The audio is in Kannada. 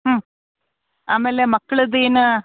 ಹ್ಞೂ ಆಮೇಲೆ ಮಕ್ಳದ್ದು ಏನು